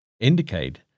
Indicate